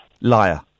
Liar